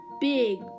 big